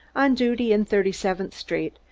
on duty in thirty-seventh street,